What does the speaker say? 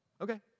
okay